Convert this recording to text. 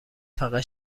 فقط